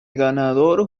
ganador